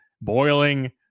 boiling